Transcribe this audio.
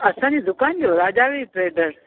असांजी दुकान ॼो राजावी ट्रेडर्स